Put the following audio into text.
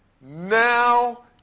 Now